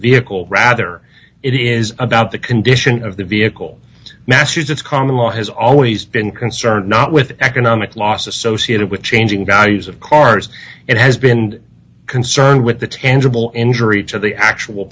vehicle rather it is about the condition of the vehicle massachusetts common law has always been concerned not with economic loss associated with changing values of cars it has been concerned with the tangible injury to the actual